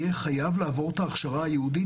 יהיה חייב לעבור הכשרה ייעודית.